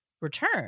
return